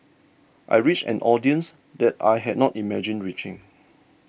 I reached an audience that I had not imagined reaching